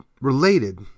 related